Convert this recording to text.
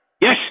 Yes